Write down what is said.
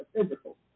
physical